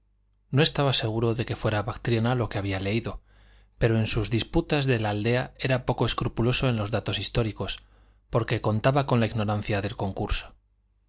no estaba seguro de que fuera bactriana lo que había leído pero en sus disputas de la aldea era poco escrupuloso en los datos históricos porque contaba con la ignorancia del concurso